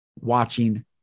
watching